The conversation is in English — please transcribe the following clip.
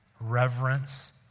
reverence